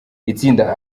itsinda